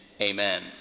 Amen